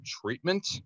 treatment